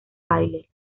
baile